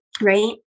right